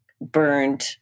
burned